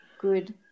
good